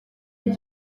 iyo